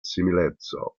simileco